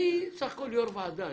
אני בסך הכול יושב ראש ועדה,